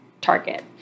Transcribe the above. Target